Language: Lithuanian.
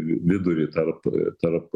vi vidurį tarp tarp